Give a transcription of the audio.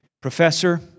professor